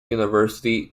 university